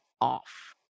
off